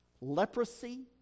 leprosy